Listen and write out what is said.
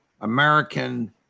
American